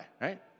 right